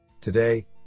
Today